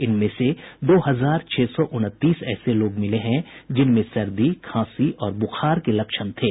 इनमें से दो हजार छह सौ उनतीस ऐसे लोग मिले हैं जिनमें सर्दी खांसी और ब्रुखार के लक्षण थे